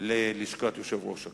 ללשכת יושב-ראש הכנסת,